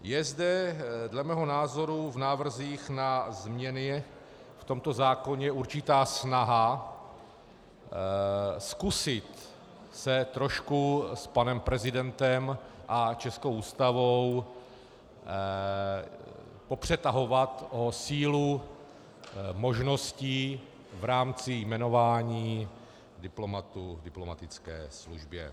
Je zde dle mého názoru v návrzích na změny v tomto zákoně určitá snaha zkusit se trošku s panem prezidentem a českou Ústavou popřetahovat o sílu možností v rámci jmenování diplomatů v diplomatické službě.